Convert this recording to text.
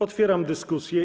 Otwieram dyskusję.